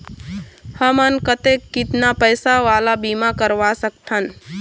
हमन कतेक कितना पैसा वाला बीमा करवा सकथन?